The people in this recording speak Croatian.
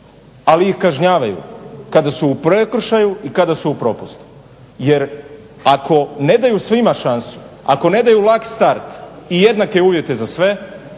ali ih kažnjavaju kada su u prekršaju i kada su u propustu. Jer ako ne daju svima šansu, ako ne daju lak start i jednake uvjete za sve